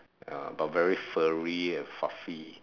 ah but very furry and fluffy